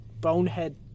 bonehead